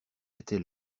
était